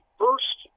first